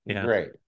Great